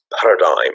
paradigm